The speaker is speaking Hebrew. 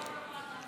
אותנו.